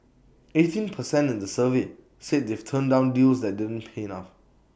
eighteen per cent in the survey said they've turned down deals that didn't pay enough